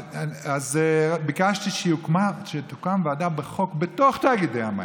אז ביקשתי שתוקם ועדה בחוק בתוך תאגידי המים.